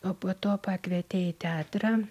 o po to pakvietė į teatrą